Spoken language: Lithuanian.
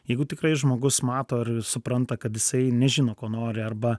jeigu tikrai žmogus mato ir supranta kad jisai nežino ko nori arba